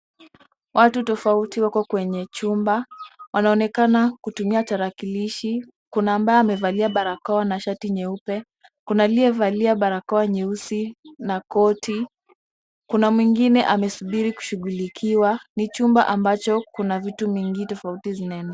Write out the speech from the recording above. Watu tofauti wako kwenye chumba, wanaonekana kutumia tarakilishi, kuna ambaye amevalia barakoa na shati nyeupe, kuna aliyevalia barakoa nyeusi na koti, kuna mwingine amesubiri kushughulikiwa. Ni chumba ambacho kuna vitu mingi tofauti zinaendelea.